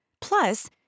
Plus